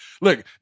look